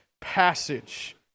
passage